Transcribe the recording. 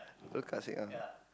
World Cup sing~ uh